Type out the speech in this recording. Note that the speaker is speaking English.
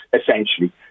essentially